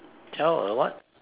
tell a what